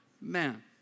man